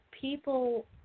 people